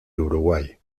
uruguay